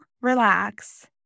relax